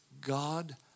God